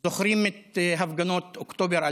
זוכרים את הפגנות אוקטובר 2000?